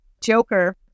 joker